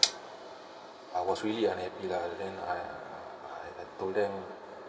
I was really unhappy lah then I I I told them